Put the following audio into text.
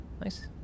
Nice